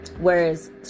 whereas